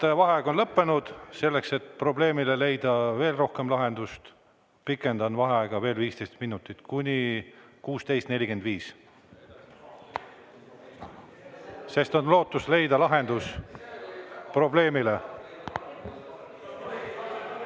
vaheaeg on lõppenud. Selleks, et probleemile leida veel rohkem lahendust, pikendan vaheaega veel 15 minutit, kuni 16.45. (Saalis on sumin.) On lootus leida lahendus probleemile.